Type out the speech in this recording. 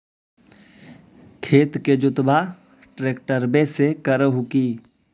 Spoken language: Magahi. खेत के जोतबा ट्रकटर्बे से कर हू की?